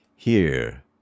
Here